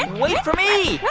and wait for me.